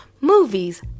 movies